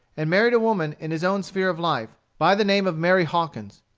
and married a woman in his own sphere of life, by the name of mary hawkins.